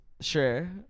Sure